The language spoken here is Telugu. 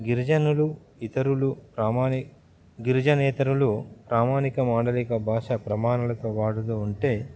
గిరిజనులు ఇతరులు ప్రామాణి గిరిజనేతరులు ప్రామాణిక మాండలిక భాష ప్రామాణులతో వాడుతు ఉంటే